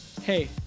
Hey